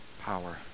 power